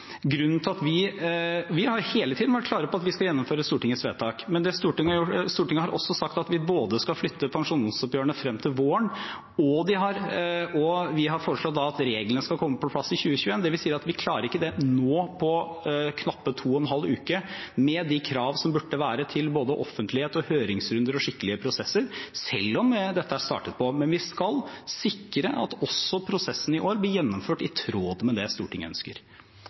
Vi har hele tiden vært klare på at vi skal gjennomføre Stortingets vedtak, men Stortinget har også sagt at vi skal flytte pensjonsoppgjørene frem til våren. Vi har foreslått at reglene skal komme på plass i 2021. Det vi sier, er at vi klarer ikke det nå, på knappe to og en halv uke, med de krav som burde være til både offentlighet, høringsrunder og skikkelige prosesser, selv om dette arbeidet er blitt startet på. Men vi skal sikre at også prosessen i år blir gjennomført i tråd med det Stortinget ønsker.